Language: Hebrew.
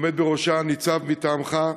עומד בראשה ניצב מטעמך,